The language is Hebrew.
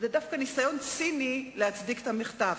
זה ניסיון ציני להצדיק את המחטף.